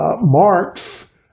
Marx